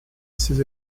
ces